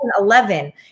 2011